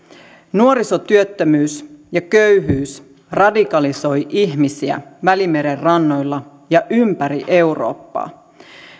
nuorisotyöttömyys ja köyhyys radikalisoi ihmisiä välimeren rannoilla ja ympäri eurooppaa